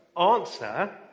Answer